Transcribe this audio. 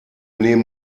nehmen